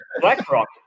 BlackRock